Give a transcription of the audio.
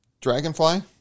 Dragonfly